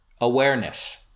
awareness